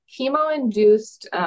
Chemo-induced